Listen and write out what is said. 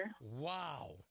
wow